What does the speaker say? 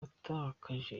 twatakaje